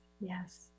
yes